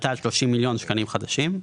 עלתה על 30 מיליון שקלים חדשים.